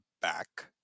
back